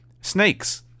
snakes